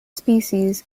species